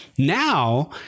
Now